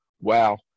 wow